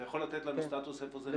אתה יכול לתת סטטוס איפה זה נמצא?